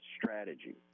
strategy